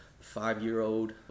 five-year-old